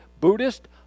Buddhist